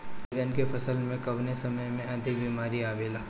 बैगन के फसल में कवने समय में अधिक बीमारी आवेला?